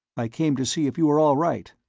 i came to see if you were all right.